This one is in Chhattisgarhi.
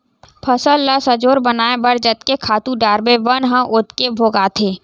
फसल ल सजोर बनाए बर जतके खातू डारबे बन ह ओतके भोगाथे